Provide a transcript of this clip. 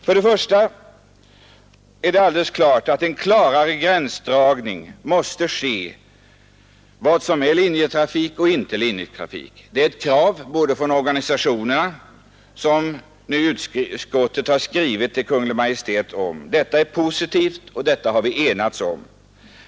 För det första är det alldeles uppenbart att en klarare gränsdragning måste göras mellan vad som är att betrakta som linjetrafik och vad som inte är linjetrafik — det är ett krav från organisationerna som utskottet nu föreslår i en skrivelse till Kungl. Maj:t. Detta är positivt, och detta har vi enats om.